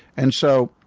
and so